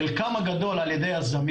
בכל זאת, את